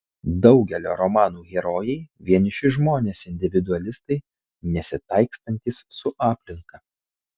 daugelio romanų herojai vieniši žmonės individualistai nesitaikstantys su aplinka